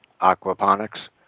aquaponics